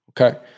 okay